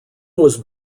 was